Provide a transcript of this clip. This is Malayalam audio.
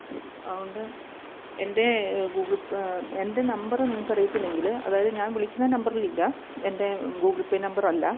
അതുകൊണ്ട് എൻ്റെ ഗൂഗിൾ പേ എൻ്റെ നമ്പറ് നിങ്ങൾക്കറിയത്തില്ലെങ്കിൽ അതായത് ഞാൻ വിളിക്കുന്ന നമ്പറിലില്ല എൻ്റെ ഗൂഗിൾ പേ നമ്പറല്ല